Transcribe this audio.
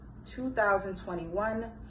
2021